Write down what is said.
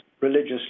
religious